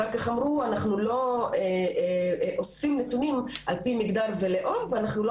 אחר כך אמרו אנחנו לא אוספים נתונים על פי מגדר ולאום ואנחנו לא